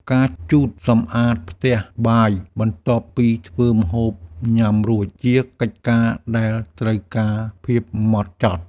ការជូតសម្អាតផ្ទះបាយបន្ទាប់ពីធ្វើម្ហូបញ៉ាំរួច ជាកិច្ចការដែលត្រូវការភាពហ្មត់ចត់។